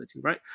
right